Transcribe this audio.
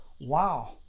wow